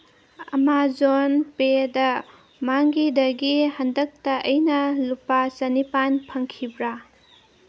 Amazon ꯄꯦꯗ ꯃꯥꯡꯒꯤꯗꯒꯤ ꯍꯟꯇꯛꯇ ꯑꯩꯅ ꯂꯨꯄꯥ ꯆꯅꯤꯄꯥꯟ ꯐꯪꯈꯤꯕ꯭ꯔꯥ